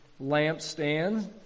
Lampstand